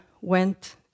went